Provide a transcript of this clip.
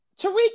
Tariq